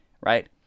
right